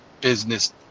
business